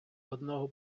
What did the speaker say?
одного